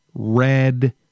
red